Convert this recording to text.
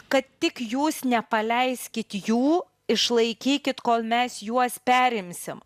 kad tik jūs nepaleiskit jų išlaikykit kol mes juos perimsim